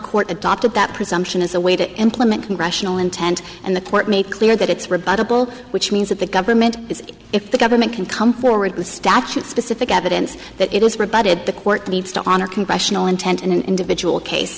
court adopted that presumption is a way to implement congressional intent and the court made clear that it's rebuttable which means that the government is if the government can come forward with statute specific evidence that it was rebutted the court needs to honor congressional intent in an individual case